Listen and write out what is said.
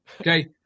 okay